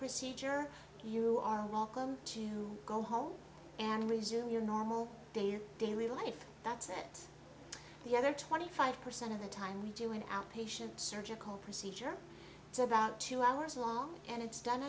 procedure you are welcome to go home and resume your normal daily life thats it the other twenty five percent of the time we do an outpatient surgical procedure it's about two hours long and it's